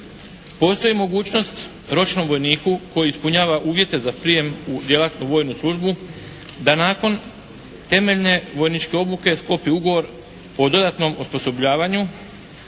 Postoji mogućnost ročnom vojniku koji ispunjava uvjete za prijem u djelatnu vojnu službu da nakon temeljne vojničke obuke sklopi ugovor o dodatnom osposobljavanju